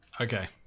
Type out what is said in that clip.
Okay